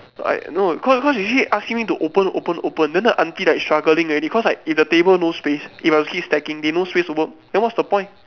like no cause cause she keep asking me open open open then the aunty like struggling already cause like if the table no space if I keep stacking they no space to work then what's the point